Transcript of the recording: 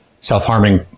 self-harming